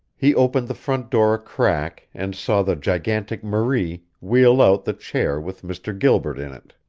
he opened the front door a crack and saw the gigantic marie wheel out the chair with mr. gilbert in it.